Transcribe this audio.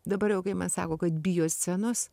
dabar jau kai man sako kad bijo scenos